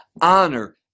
honor